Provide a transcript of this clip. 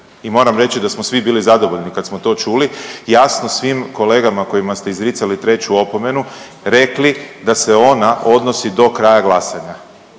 i moram reći da smo svi bili zadovoljni kad smo to čuli jasno svim kolegama kojima ste izricali treću opomenu rekli da se ona odnosi do kraja glasanja.